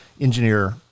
engineer